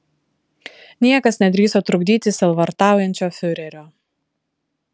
niekas nedrįso trukdyti sielvartaujančio fiurerio